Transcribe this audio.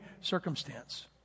circumstance